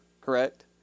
correct